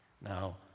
Now